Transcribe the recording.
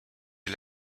est